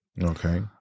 Okay